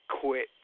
quit